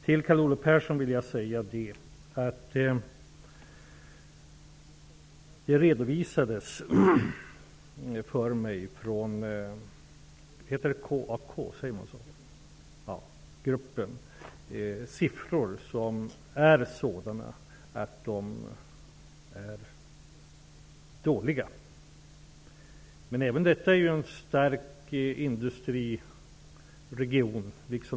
Till Carl Olov Persson vill jag säga att KAK redovisade siffror för mig som är dåliga. Den här interpellationen liksom den föregående behandlar dock en stark industriregion.